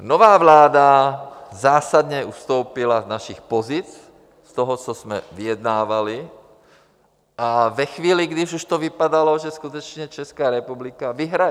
Nová vláda zásadně ustoupila z našich pozic, z toho, co jsme vyjednávali, a ve chvíli, když už to vypadalo, že skutečně Česká republika vyhraje.